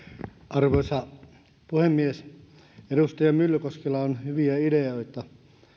arvoisa puhemies edustaja myllykoskella on hyviä ideoita